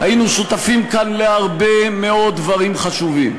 היינו שותפים כאן להרבה מאוד דברים חשובים.